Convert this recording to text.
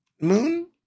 moon